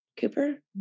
Cooper